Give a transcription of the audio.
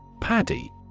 Paddy